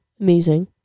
Amazing